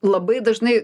labai dažnai